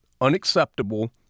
unacceptable